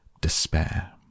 despair